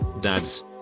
Dads